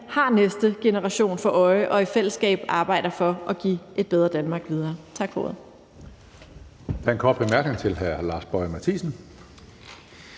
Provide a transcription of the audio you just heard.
har næste generation for øje og i fællesskab arbejder for at give et bedre Danmark videre.